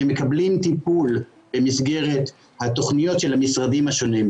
שמקבלים טיפול במסגרת התכניות של המשרדים השונים,